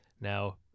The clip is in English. now